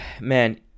man